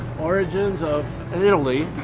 origins of and italy.